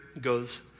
goes